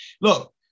Look